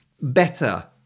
better